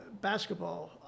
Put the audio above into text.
basketball